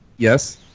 Yes